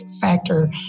factor